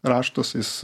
raštus jis